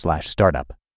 startup